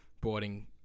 boarding